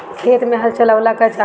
खेत मे हल चलावेला का चाही?